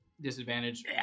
disadvantage